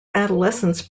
adolescence